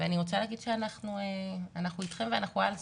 ואני רוצה לומר שאנחנו אתכם ואנחנו על זה.